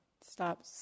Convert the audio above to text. stop